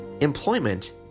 employment